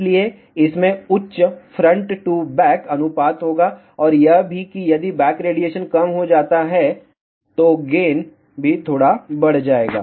इसलिए इसमें उच्च फ्रंट टू बैक अनुपात होगा और यह भी कि यदि बैक रेडिएशन कम हो जाता है तो गेन भी थोड़ा बढ़ जाएगा